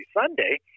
Sunday